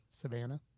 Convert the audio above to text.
savannah